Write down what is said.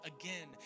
again